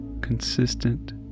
consistent